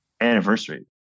anniversary